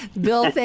Bill